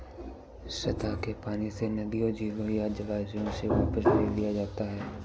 सतह के पानी से नदियों झीलों या जलाशयों से वापस ले लिया जाता है